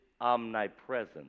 omnipresent